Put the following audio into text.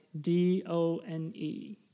D-O-N-E